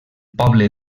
poble